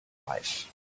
wife